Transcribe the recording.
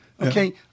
Okay